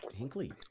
Hinkley